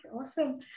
awesome